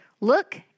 Look